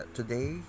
today